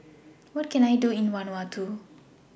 What Can I Do in Vanuatu